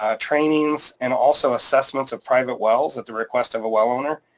ah trainings, and also assessments of private wells at the request of a well owner.